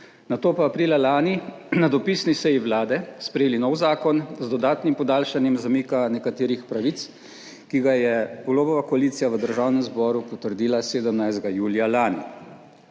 nato pa aprila lani na dopisni seji Vlade sprejeli nov zakon z dodatnim podaljšanjem zamika nekaterih pravic, ki ga je Golobova koalicija v Državnem zboru potrdila 17. julija lani.